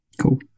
Cool